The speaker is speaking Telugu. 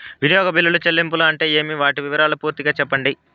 వినియోగ బిల్లుల చెల్లింపులు అంటే ఏమి? వాటి వివరాలు పూర్తిగా సెప్పండి?